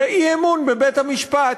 זה אי-אמון בבית-המשפט.